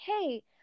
hey